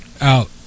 Out